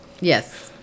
Yes